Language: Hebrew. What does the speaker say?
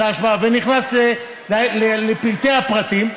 ונכנס לפרטי הפרטים,